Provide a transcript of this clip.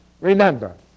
remember